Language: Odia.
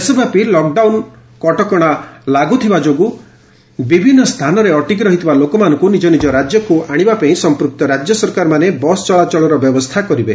ଦେଶ ବ୍ୟାପି ଲକ୍ଡାଉନ୍ କଟକଣା ଲାଗୁ ଥିବା ଯୋଗୁଁ ବିଭିନ୍ନ ସ୍ଥାନରେ ଅଟକି ରହିଥିବା ଲୋକମାନଙ୍କୁ ନିଜ ନିଜ ରାଜ୍ୟକୁ ଆଶିବା ପାଇଁ ସମ୍ପ୍ରକ୍ତ ରାଜ୍ୟ ସରକାରମାନେ ବସ୍ ଚଳାଚଳର ବ୍ୟବସ୍ଥା କରିବେ